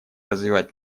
развивать